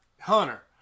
Hunter